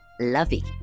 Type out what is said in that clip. lovey